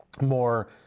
more